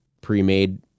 pre-made